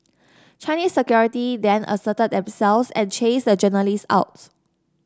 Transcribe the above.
Chinese Security then asserted themselves and chased the journalists out